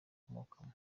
akomokamo